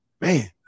man